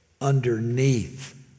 underneath